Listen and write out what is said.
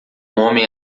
homem